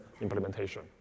implementation